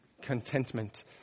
contentment